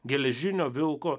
geležinio vilko